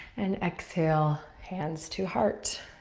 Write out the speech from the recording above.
and exhale, hands to heart.